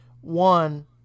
One